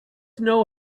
know